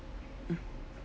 mm